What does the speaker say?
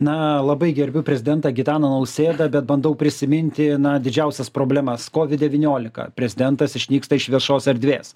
na labai gerbiu prezidentą gitaną nausėdą bet bandau prisiminti na didžiausias problemas covid devyniolika prezidentas išnyksta iš viešos erdvės